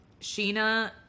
Sheena